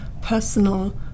personal